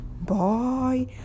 bye